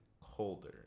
colder